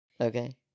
Okay